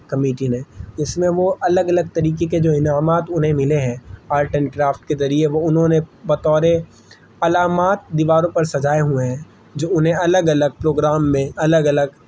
committee نے جس میں وہ الگ الگ طریقے کے جو انعامات انہیں ملے ہیں آرٹ اینڈ کرافٹ کے ذریعے وہ انہوں نے بطور علامات دیواروں پر سجائے ہوئے ہیں جو انہیں الگ الگ پروگرام میں الگ الگ